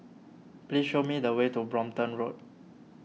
please show me the way to Brompton Road